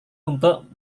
untuk